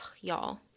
Y'all